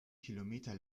kilometer